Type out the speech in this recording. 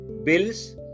bills